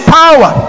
power